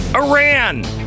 Iran